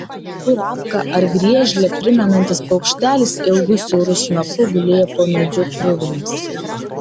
kurapką ar griežlę primenantis paukštelis ilgu siauru snapu gulėjo po medžiu kruvinas